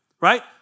right